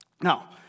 Now